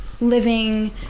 living